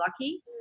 lucky